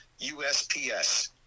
USPS